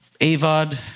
AVOD